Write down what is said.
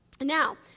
Now